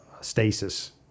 stasis